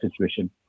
situation